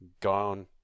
gone